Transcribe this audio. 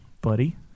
buddy